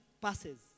passes